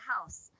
house